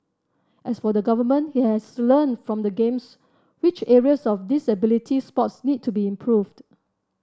as for the Government he has learnt from the Games which areas of disability sports need to be improved